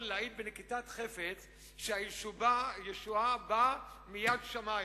להעיד בנקיטת חפץ שהישועה באה מיד שמים.